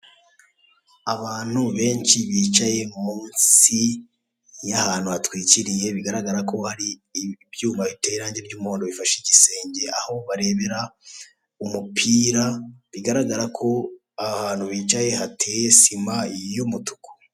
Abantu benshi bicaye munsi y'ahantu hatwikiriye bigaragara ko hari ibyuma biteye irange by'umuhondo bifashe igisenge, aho barebera umupira bigaragara ko ahantu bicaye hateye sima y'umutuku.